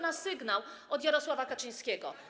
na sygnał od Jarosława Kaczyńskiego.